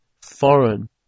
foreign